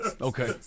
Okay